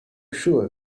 sure